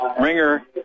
Ringer